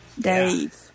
Dave